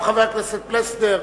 חבר הכנסת בן-סימון,